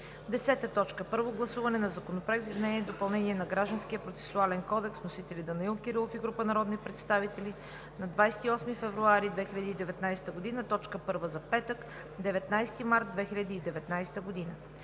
2019 г. 10. Първо гласуване на Законопроекта за изменение и допълнение на Гражданския процесуален кодекс. Вносители са Данаил Кирилов и група народни представители на 28 февруари 2019 г. – точка първа за петък, 29 март 2019 г.